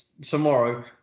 tomorrow